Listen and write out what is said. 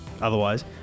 Otherwise